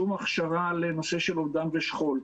שום הכשרה לנושא של אובדן ושכול,